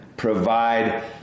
provide